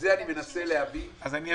ואני מנסה להבין את זה.